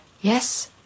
Yes